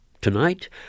Tonight